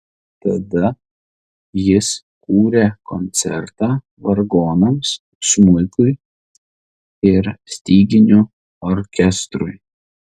tada jis kūrė koncertą vargonams smuikui ir styginių orkestrui